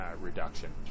reduction